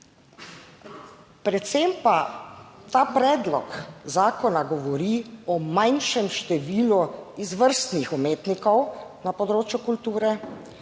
Predvsem pa ta predlog zakona govori o manjšem številu izvrstnih umetnikov na področju kulture,